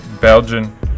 Belgian